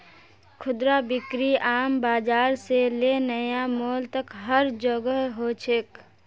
खुदरा बिक्री आम बाजार से ले नया मॉल तक हर जोगह हो छेक